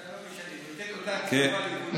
אתה לא משנה, נותן אותה הקצבה לכולם.